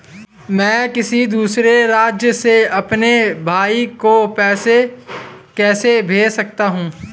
मैं किसी दूसरे राज्य से अपने भाई को पैसे कैसे भेज सकता हूं?